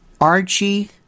Archie